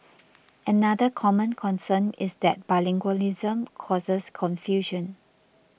another common concern is that bilingualism causes confusion